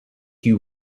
you